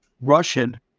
Russian